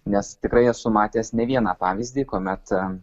nes tikrai esu matęs ne vieną pavyzdį kuomet